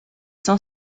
s’en